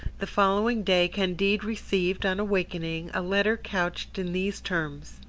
the following day candide received, on awaking, a letter couched in these terms